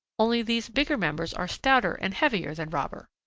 only these bigger members are stouter and heavier than robber.